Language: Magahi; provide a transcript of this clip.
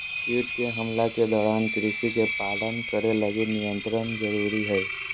कीट के हमला के दौरान कृषि के पालन करे लगी नियंत्रण जरुरी हइ